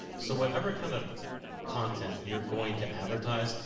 so whatever kind of content you're going to advertise,